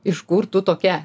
iš kur tu tokia